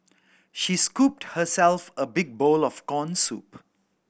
she scooped herself a big bowl of corn soup